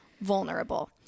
vulnerable